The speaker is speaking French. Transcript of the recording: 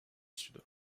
sud